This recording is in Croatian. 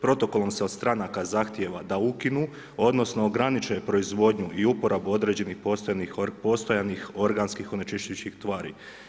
Protokolom se od stranaka zahtijeva da ukinu, odnosno ograniče proizvodnju i uporabu određenih postojanih organskih onečišćujućih tvari.